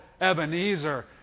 Ebenezer